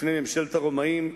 בפני ממשלת הרומאים,